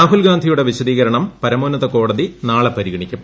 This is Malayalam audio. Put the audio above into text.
രാഹുൽ ഗാന്ധിയുടെ വിശദീകരണം പരമോന്നത കോടതി നാളെ പരിഗണിക്കും